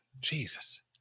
Jesus